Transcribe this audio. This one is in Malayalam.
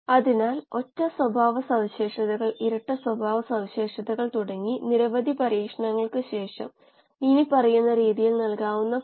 ആയതിനാൽ ഷിയർ സ്ട്രെസ്സ് ബയോറിയാക്ടറുകളിലെ എല്ലാ കോശങ്ങളിലും ഉണ്ടാകുന്നു